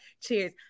cheers